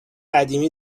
قدیمی